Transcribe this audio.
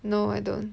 no I don't